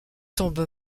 tombe